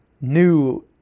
new